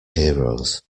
heroes